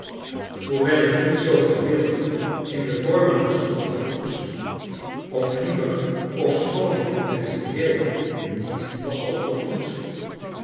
hoewel ik niet zoo geheel in de vormen was opgevoed of liever ofschoon ik in het geheel niet was opgevoed